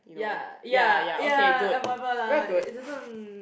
ya ya ya and whatever lah it doesn't